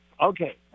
Okay